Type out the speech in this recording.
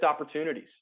opportunities